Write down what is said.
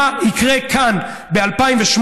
מה יקרה כאן ב-2018,